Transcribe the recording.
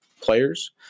players